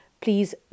please